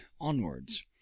ONWARDS